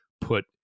put